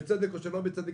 בצדק או שלא בצדק,